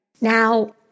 Now